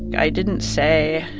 i didn't say